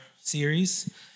series